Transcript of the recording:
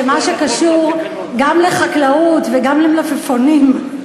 שמה שקשור גם לחקלאות וגם למלפפונים,